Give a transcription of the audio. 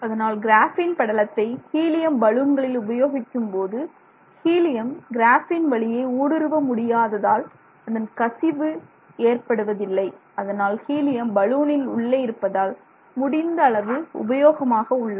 அதனால் கிராஃபீன் படலத்தை ஹீலியம் பலூன்களில் உபயோகிக்கும்போது ஹீலியம் கிராஃபீன் வழியே ஊடுருவ முடியாததால் அதன் கசிவு ஏற்படுவதில்லை அதனால் ஹீலியம் பலூனில் உள்ளே இருப்பதால் முடிந்த அளவு உபயோகமாக உள்ளது